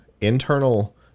internal